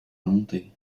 monter